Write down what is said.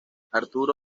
arturo